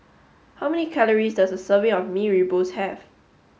how many calories does a serving of Mee Rebus have